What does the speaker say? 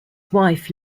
wife